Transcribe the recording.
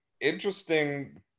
interesting